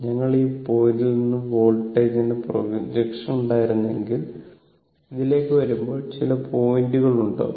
ഞങ്ങൾ ഈ പോയിന്റിൽ നിന്ന് വോൾട്ടേജിന്റെ പ്രൊജക്ഷൻ ഉണ്ടാക്കുകയാണെങ്കിൽ ഇതിലേക്ക് വരുമ്പോൾ ചില പോയിന്റുകൾ ഉണ്ടാകും